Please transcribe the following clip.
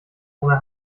ohne